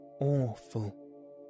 awful